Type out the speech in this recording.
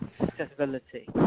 accessibility